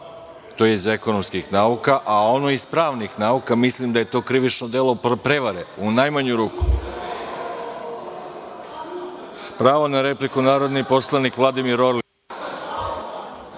To je iz ekonomskih nauka, a ono iz pravnih nauka, mislim da je to krivično delo prevare u najmanju ruku. Pravo na repliku, narodni poslanik Vladimir Orlić.